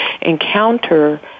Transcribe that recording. encounter